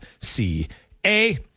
c-a